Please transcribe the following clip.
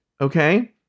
okay